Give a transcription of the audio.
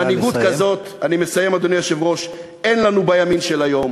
מנהיגות כזו, אין לנו בימין של היום.